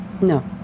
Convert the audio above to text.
No